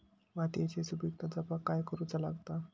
मातीयेची सुपीकता जपाक काय करूचा लागता?